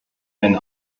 einen